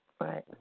Right